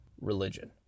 religion